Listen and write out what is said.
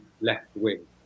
left-wing